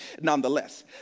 nonetheless